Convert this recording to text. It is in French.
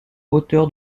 hauteur